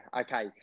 okay